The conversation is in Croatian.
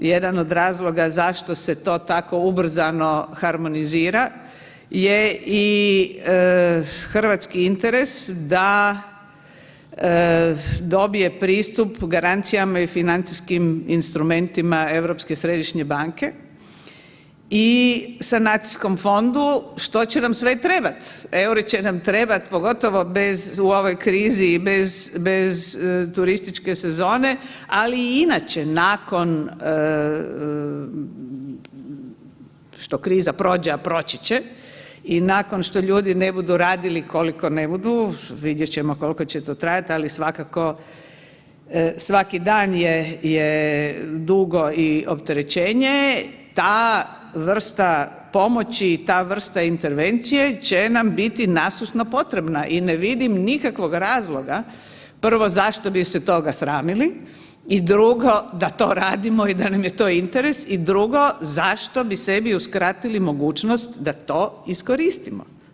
Jedan od razloga zašto se to tako ubrzano harmonizira je i hrvatski interes da dobije pristup garancijama i financijskim instrumentima Europske središnje banke i sanacijskom fondu, što će nam sve trebati, EUR-o će nam trebat pogotovo bez, u ovoj krizi i bez turističke sezone, ali i inače nakon što kriza prođe, a proći će i nakon što ljudi ne budu radili koliko ne budu, vidjet ćemo koliko će to trajat ali svakako svaki dan je dugo i opterećenje, ta vrsta pomoći i ta vrsta intervencije će na biti nasušno potrebna i ne vidim nikakvog razloga, prvo zašto bi se toga sramili i drugo da to radimo i da nam je to interes i drugo zašto bi sebi uskratili mogućnost da to iskoristimo.